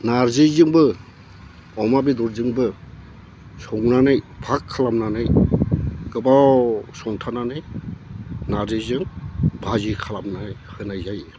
नारजिजोंबो अमा बेदरजोंबो संनानै फाख खालामनानै गोबाव संथारनानै नारजिजों भाजि खालामना होनाय जायो